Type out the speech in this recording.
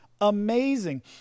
amazing